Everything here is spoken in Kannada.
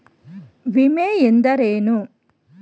ವಿಮೆ ಎಂದರೇನು?